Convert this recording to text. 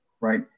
right